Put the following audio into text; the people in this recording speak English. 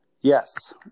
Yes